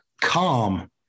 calm